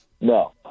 No